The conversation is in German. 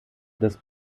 das